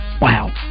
Wow